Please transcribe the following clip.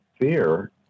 fear